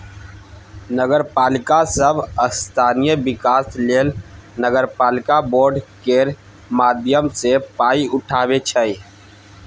नगरपालिका सब स्थानीय बिकास लेल नगरपालिका बॉड केर माध्यमे पाइ उठाबै छै